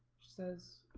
says